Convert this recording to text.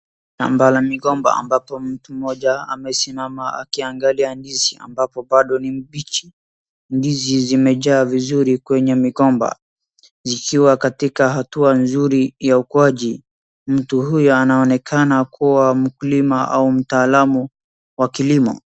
Shamba la migomba ambapo mtu mmoja amesimama akiangalia ndizi ambapo bado ni mbichi. Ndizi zimejaa vizuri kwenye migomba zikiwa katika hatua nzuri ya ukuaji. Mtu huyu anaonekana kuwa mkulima au mtaalamu wa kilimo